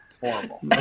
Horrible